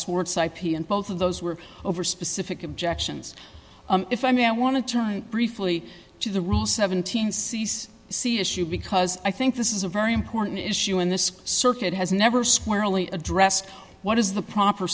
sports and both of those were over specific objections if i may i want to turn briefly to the rule seventeen cease c issue because i think this is a very important issue in this circuit has never squarely addressed what is the proper